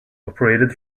operated